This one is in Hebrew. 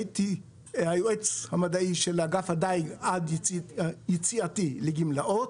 הייתי היועץ המדעי של אגף הדיג עד יציאתי לגמלאות.